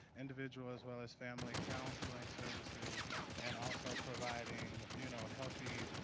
individual as well as family counseling services and also providing, you know, healthy